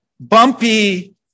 bumpy